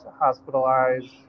hospitalized